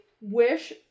wish